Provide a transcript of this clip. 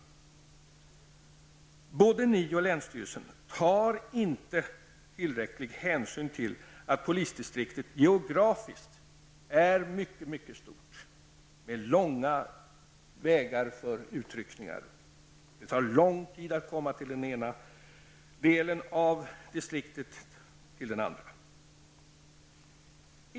Varken ni eller länsstyrelsen tar tillräcklig hänsyn till att polisdistriktet geografiskt sett är mycket mycket stort, med långa vägar för utryckningar. Det tar lång tid att komma från den ena delen av distrikten till den andra.